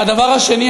והדבר השני,